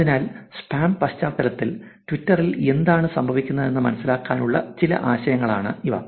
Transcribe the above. അതിനാൽ സ്പാം പശ്ചാത്തലത്തിൽ ട്വിറ്ററിൽ എന്താണ് സംഭവിക്കുന്നതെന്ന് മനസ്സിലാക്കാനുള്ള ചില ആശയങ്ങളാണ് ഇവ